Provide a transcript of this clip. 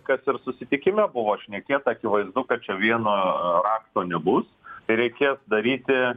kad ir susitikime o šnekėta akivaizdu kad čia vieno rakto nebus reikės daryti